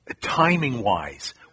timing-wise